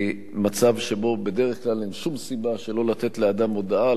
מצב שבו בדרך כלל אין שום סיבה שלא לתת לאדם הודעה,